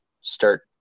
start